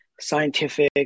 scientific